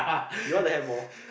you want to have more